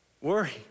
worry